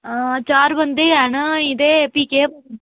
चार बंदे हैन अजें ते भी केह्